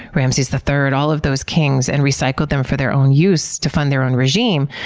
ramses the third, all of those kings, and recycled them for their own use to fund their own regime.